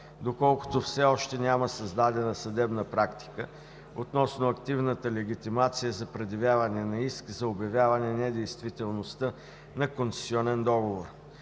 доколкото все още няма създадена съдебна практика относно активната легитимация за предявяване на иск за обявяване недействителността на концесионен договор.